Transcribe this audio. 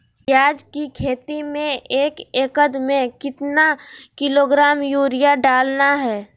प्याज की खेती में एक एकद में कितना किलोग्राम यूरिया डालना है?